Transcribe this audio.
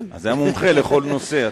זה המומחה לכל נושא.